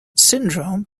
syndrome